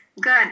Good